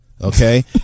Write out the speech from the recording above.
Okay